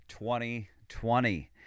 2020